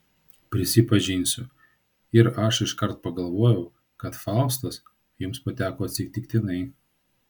prisipažinsiu ir aš iškart pagalvojau kad faustas jums pateko atsitiktinai